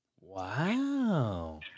Wow